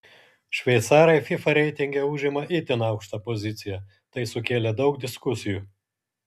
šveicarai fifa reitinge užima itin aukštą poziciją tai sukėlė daug diskusijų